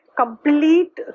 complete